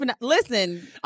Listen